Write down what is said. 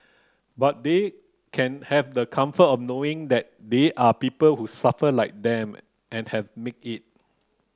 but they can have the comfort of knowing that there are people who suffered like them and have made it